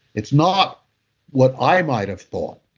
it's not what i might have thought.